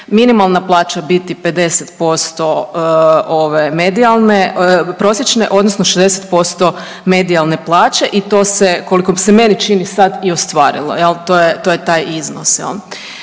minimalna plaća biti 50% ove prosječne odnosno 60% medijalne plaće i to se koliko se meni čini sad i ostvarilo, to je taj iznos.